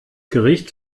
gericht